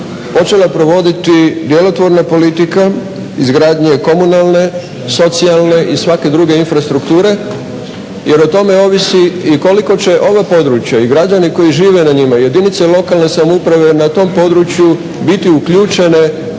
počele provoditi djelotvorna politika, izgradnje komunalne, socijalne i svake druge infrastrukture jer o tome ovisi i koliko će ovo područje i građani koji žive na njima, jedinice lokalne samouprave na tom području biti uključene